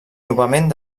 novament